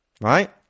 right